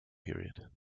period